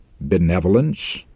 benevolence